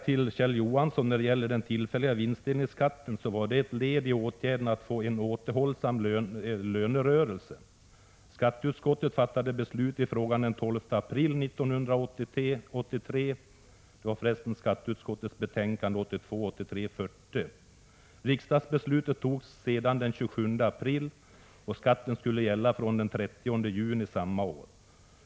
Till Kjell Johansson vill jag säga att den tillfälliga vinstdelningsskatten var ett led i åtgärderna för att få en återhållsam lönerörelse. Skatteutskottet fattade beslut i frågan den 12 april 1983 . Riksdagsbeslutet togs sedan den 27 april, och skatten skulle gälla från den 30 juni samma år.